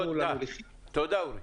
תודה.